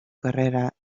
carrera